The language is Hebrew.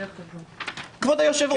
כבוד היושב-ראש,